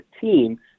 team